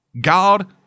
God